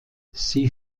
sie